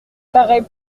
paraît